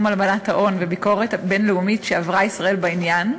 הלבנת ההון וביקורת בין-לאומית שעברה ישראל בעניין,